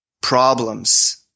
problems